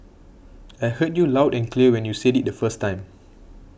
I heard you loud and clear when you said it the first time